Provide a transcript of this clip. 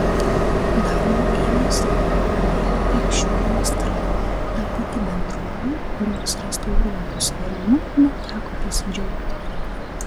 darbo ėmėsi uab telšių meistrai ta pati bendrovė kurios restauruotu svirnu neteko pasidžiaugti